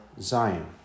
Zion